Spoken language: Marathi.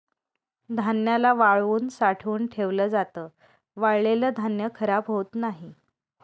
धान्याला वाळवून साठवून ठेवल जात, वाळलेल धान्य खराब होत नाही